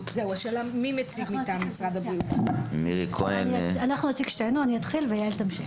מירי כהן, משרד הבריאות,